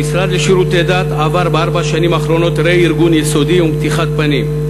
המשרד לשירותי דת עבר בארבע השנים האחרונות רה-ארגון יסודי ומתיחת פנים.